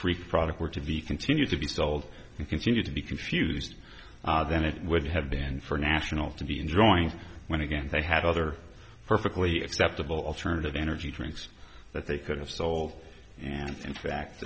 free product were to be continued to be sold and continue to be confused then it would have been for national to be enjoying it again they had other perfectly acceptable alternative energy drinks that they could have sold and in fact